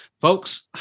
Folks